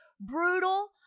Brutal